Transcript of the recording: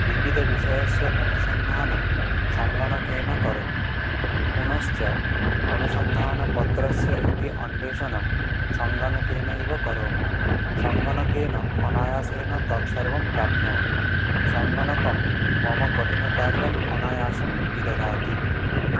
विविधविषयस्य अनुसन्धानं सङ्गणकेन करोमि पुनश्च अनुसन्धानपत्रस्य अपि अन्वेषणं सङ्गणकेनैव करोमि सङ्गणकेन अनायासेन तत् सर्वं प्राप्नोमि सङ्गणकं मम कठिनकार्यम् अनायासं विदधाति